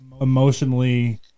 emotionally